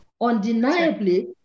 Undeniably